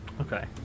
Okay